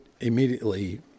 immediately